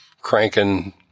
cranking